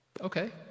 Okay